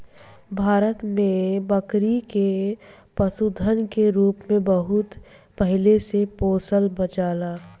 भारत में बकरी के पशुधन के रूप में बहुत पहिले से पोसल जाला